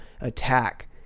attack